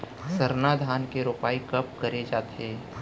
सरना धान के रोपाई कब करे जाथे?